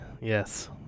yes